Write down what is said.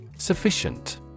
Sufficient